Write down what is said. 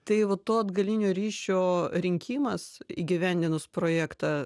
tai va to atgalinio ryšio rinkimas įgyvendinus projektą